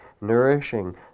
nourishing